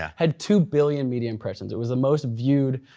ah had two billion media impressions. it was the most viewed